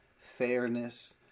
fairness